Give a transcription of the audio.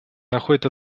находит